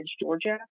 Georgia